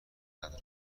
خرد